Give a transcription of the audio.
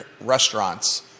restaurants